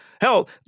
Hell